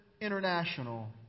International